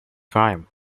crime